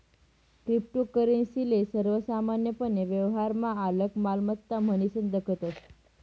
cryptocurrency ले सर्वसामान्यपने व्यवहारमा आलक मालमत्ता म्हनीसन दखतस